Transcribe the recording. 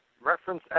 Reference